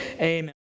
amen